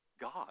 God